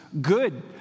Good